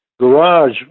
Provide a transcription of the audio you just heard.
garage